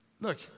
Look